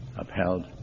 Upheld